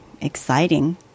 exciting